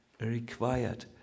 required